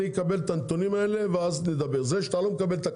אני אקבל את הנתונים האלה ואז נדבר שאתה לא מקבל את הקנס,